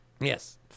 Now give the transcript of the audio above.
Yes